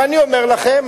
ואני אומר לכם,